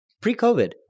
Pre-COVID